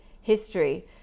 history